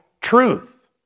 truth